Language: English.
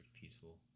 peaceful